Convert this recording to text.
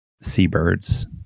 seabirds